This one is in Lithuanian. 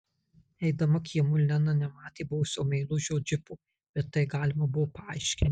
eidama kiemu lena nematė buvusio meilužio džipo bet tai galima buvo paaiškinti